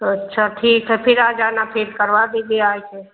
अच्छा ठीक है फिर आ जाना फिर करवा दीजिए आई के